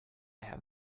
have